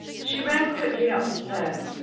she ran quickly up the stairs,